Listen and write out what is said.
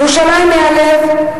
ירושלים היא הלב.